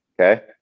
okay